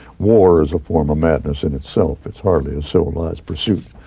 war is a form of madness in itself. it's hardly a civilized pursuit.